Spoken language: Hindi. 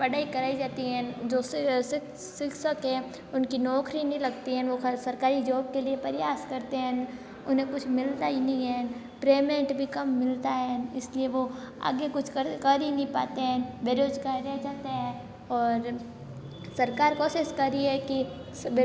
पढ़ाई कराई जाती हैं जो शिक्षक हैं उनकी नौकरी नहीं लगती है वो सरकारी जॉब के लिए प्रयास करते हैं उन्हें कुछ मिलता ही नहीं है पेमेंट भी कम मिलता है इसलिए वो आगे कुछ कर ही नहीं पाते हैं बेरोजगार रह जाते हैं और सरकार कोशिश कर रही है कि